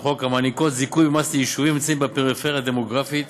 המעניקות זיכוי במס ליישובים הנמצאים בפריפריה הדמוגרפית,